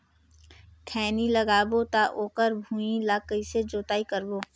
खैनी लगाबो ता ओकर भुईं ला कइसे जोताई करबो?